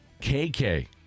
KK